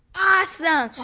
awesome! wow!